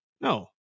No